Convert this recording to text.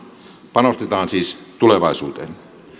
panostetaan siis tulevaisuuteen